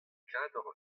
kador